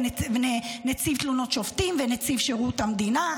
ונציב תלונות שופטים ונציב שירות המדינה,